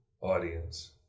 audience